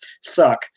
suck